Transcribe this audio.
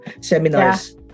seminars